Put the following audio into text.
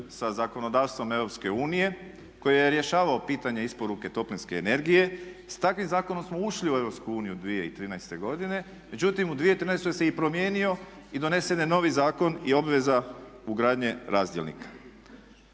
sa zakonodavstvom EU koji je rješavao pitanje isporuke toplinske energije i s takvim zakonom smo ušli u EU 2013. godine. Međutim, u 2013. se promijenio i donesen je novi zakon i obveza ugradnje razdjelnika.